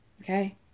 Okay